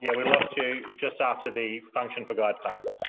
yeah we lost you just after the function for guyatt park.